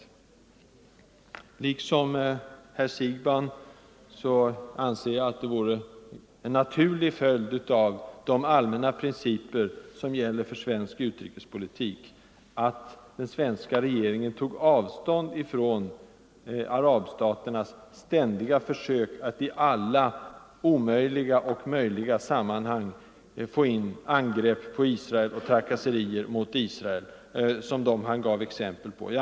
I likhet med herr Siegbahn anser jag att det vore en naturlig följd av de allmänna principer som gäller för svensk utrikespolitik att den svenska regeringen tog avstånd från arabstaternas ständiga försök att i alla möjliga och omöjliga sammanhang få in angrepp och trakasserier mot Israel av det slag som han gav exempel på.